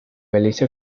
belice